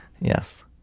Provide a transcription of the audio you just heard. Yes